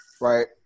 Right